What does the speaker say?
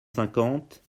cinquante